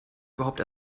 überhaupt